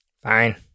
Fine